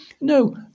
no